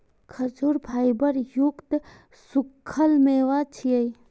खजूर फाइबर युक्त सूखल मेवा छियै